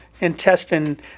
intestine